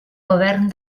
govern